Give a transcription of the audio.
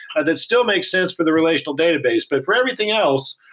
ah that still makes sense for the relational database. but for everything else,